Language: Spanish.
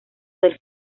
del